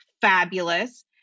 fabulous